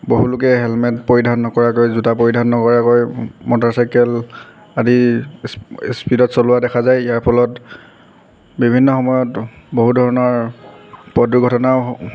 বহুলোকে হেলমেট পৰিধান নকৰাকৈ জোতা পৰিধান নকৰাকৈ মটৰচাইকেল আদি স্পীডত চলোৱা দেখা যায় ইয়াৰ ফলত বিভিন্ন সময়ত বহু ধৰণৰ পথ দুৰ্ঘটনাও